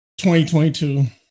2022